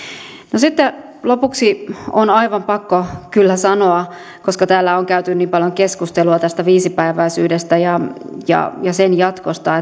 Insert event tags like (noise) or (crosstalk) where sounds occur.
lopuksi on aivan pakko kyllä sanoa koska täällä on käyty niin paljon keskustelua tästä viisipäiväisyydestä ja ja sen jatkosta (unintelligible)